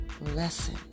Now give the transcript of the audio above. lesson